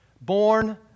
born